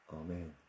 Amen